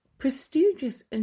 prestigious